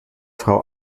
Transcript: frau